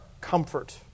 comfort